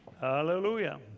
Hallelujah